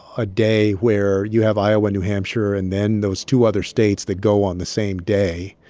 a day where you have iowa, new hampshire and then those two other states that go on the same day.